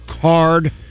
card